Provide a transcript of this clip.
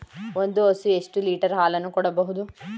ಒಂದು ಹಸು ಎಷ್ಟು ಲೀಟರ್ ಹಾಲನ್ನು ಕೊಡಬಹುದು?